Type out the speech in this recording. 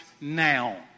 now